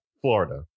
Florida